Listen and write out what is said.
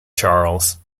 charles